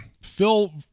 Phil